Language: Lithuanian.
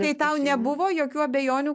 tai tau nebuvo jokių abejonių